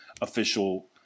official